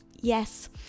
Yes